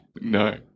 No